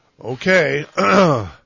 Okay